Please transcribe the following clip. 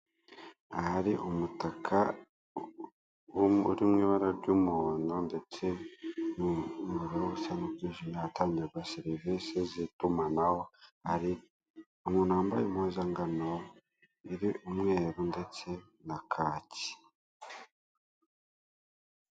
Ahari umutaka uri mw'ibara ry'umuhondo ndetse n'ubururu busa nk'ubwijimye, ahatangirwa serivise z'itumanaho. Hari umuntu wambaye umuhuzangano iri umweru ndetse na kaki.